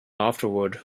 afterward